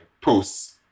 posts